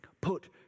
Put